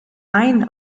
ein